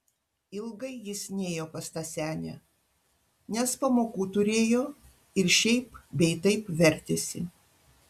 ilgai jis nėjo pas tą senę nes pamokų turėjo ir šiaip bei taip vertėsi